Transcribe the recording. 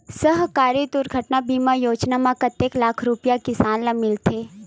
सहकारी दुर्घटना बीमा योजना म कतेक लाख रुपिया किसान ल मिलथे?